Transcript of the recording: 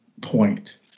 point